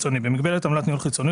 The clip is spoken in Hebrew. במגבלת עמלת ניהול חיצוני,